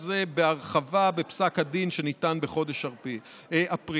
הזה בהרחבה בפסק הדין שניתן בחודש אפריל.